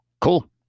Cool